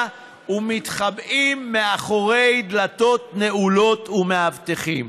ומתחבאים מאחורי דלתות נעולות ומאבטחים?